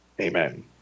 Amen